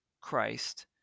Christ